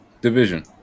division